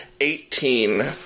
Eighteen